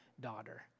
daughter